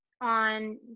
on